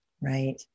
right